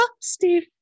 Steve